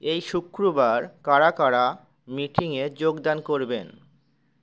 এই শুক্রবার কারা কারা মিটিংয়ে যোগদান করবেন